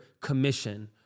commission